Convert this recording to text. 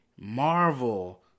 Marvel